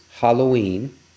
Halloween